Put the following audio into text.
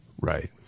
right